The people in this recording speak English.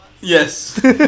Yes